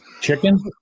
chicken